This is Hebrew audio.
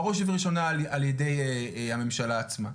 בראש ובראשונה על ידי הממשלה עצמה.